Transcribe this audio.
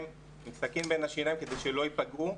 עם סכין בין השיניים כדי שלא ייפגעו,